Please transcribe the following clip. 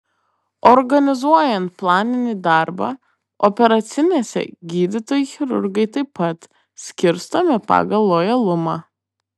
organizuojant planinį darbą operacinėse gydytojai chirurgai taip pat skirstomi pagal lojalumą